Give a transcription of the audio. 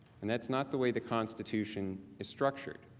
and that is not the way the constitution is structured.